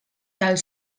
del